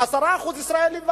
ו-10% הם ישראלים ותיקים.